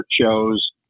shows